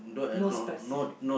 no specific ah